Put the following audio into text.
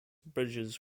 bridges